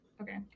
Okay